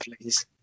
please